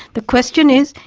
the question is,